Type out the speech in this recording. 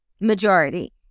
majority